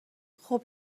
خوب